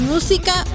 Música